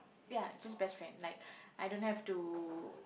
ya just best friend like I don't have to